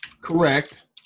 Correct